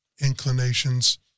inclinations